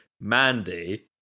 mandy